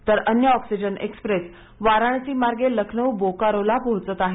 तर अन्य oxygen express वाराणसीमार्गे लखनऊ बोकारोला पोहोचत आहे